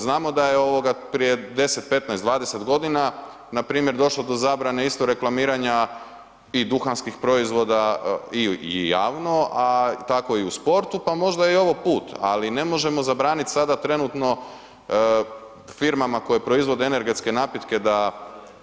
Znamo da je ovoga prije 10, 15, 20 godina npr. došlo do zabrane isto reklamiranja i duhanskih proizvoda i javno, a tako i u sportu, pa možda je ovo put, ali ne možemo zabraniti sada trenutno firmama koje proizvode energetske napitke